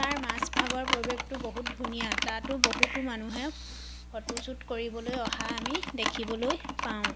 তাৰ মাজভাগৰ পৰিৱেশটো বহুত ধুনীয়া তাতো বহুতো মানুহে ফটোশ্বুট কৰিবলৈ অহা আমি দেখিবলৈ পাওঁ